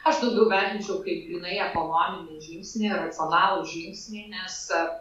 aš daugiau vertinčiau kaip grynai ekonominį žingsnį racionalų žingsnį nes